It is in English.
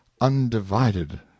undivided